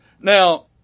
Now